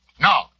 No